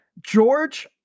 George